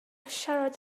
siarad